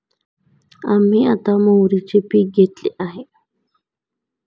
आम्ही आता मोहरीचे पीक घेतले आहे